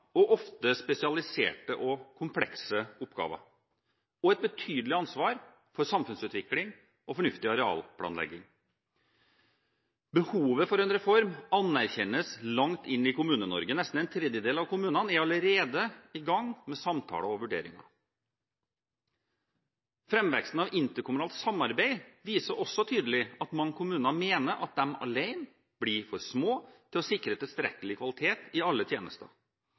og ofte spesialiserte og komplekse oppgaver, og et betydelig ansvar for samfunnsutvikling og fornuftig arealplanlegging. Behovet for en reform anerkjennes langt inn i Kommune-Norge. Nesten en tredjedel av kommunene er allerede i gang med samtaler og vurderinger. Framveksten av interkommunalt samarbeid viser også tydelig at mange kommuner mener at de alene blir for små til å sikre tilstrekkelig kvalitet i alle tjenester,